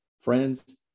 friends